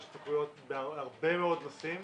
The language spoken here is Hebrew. יש התמכרויות בהרבה מאוד נושאים.